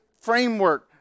framework